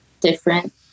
different